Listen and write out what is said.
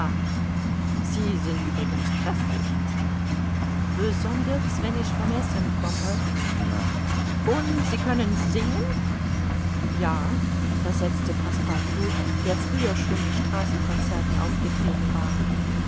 sie sind übrigens kräftig besonders wenn ich vom essen komme und sie können singen ja versetzte passepartout der früher schon in straßenconcerten aufgetreten war